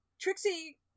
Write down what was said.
Trixie